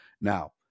now